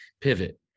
pivot